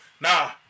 Nah